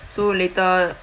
so later